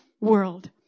world